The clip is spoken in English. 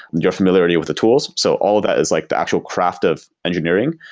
your familiarity with the tools so all of that is like the actual craft of engineering.